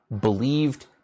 believed